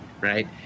right